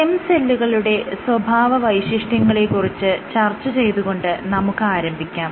stem സെല്ലുകളുടെ സ്വഭാവവൈശിഷ്ട്യങ്ങളെ കുറിച്ച് ചർച്ച ചെയ്തുകൊണ്ട് നമുക്ക് ആരംഭിക്കാം